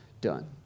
done